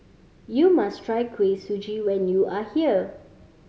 you must try Kuih Suji when you are here